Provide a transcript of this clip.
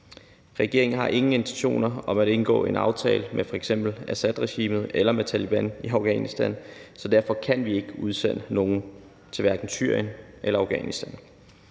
Regeringen har ingen intentioner om at indgå en aftale med f.eks. Assadregimet eller med Taleban i Afghanistan, så derfor kan vi ikke udsende nogen til hverken Syrien eller Afghanistan.